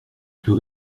plus